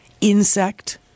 Insect